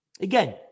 Again